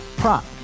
prop